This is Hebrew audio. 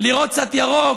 לראות קצת ירוק,